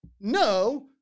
No